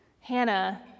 Hannah